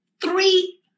Three